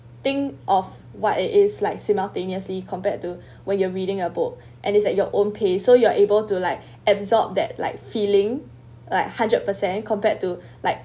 think of what it is like simultaneously compared to where you're reading a book and it's at your own pace so you are able to like absorb that like feeling like hundred percent compared to like